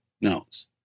notes